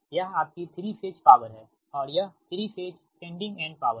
यह आपकी 3 phase power है और यह 3 फेज सेंडिंग एंड पॉवर है